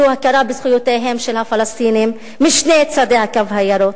והוא הכרה בזכויותיהם של הפלסטינים משני צדי "הקו הירוק".